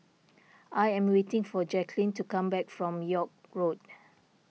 I am waiting for Jacklyn to come back from York Road